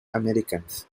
americans